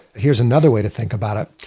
here's another way to think about it.